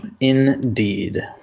Indeed